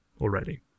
already